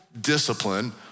discipline